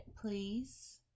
please